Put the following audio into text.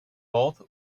both